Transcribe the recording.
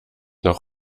noch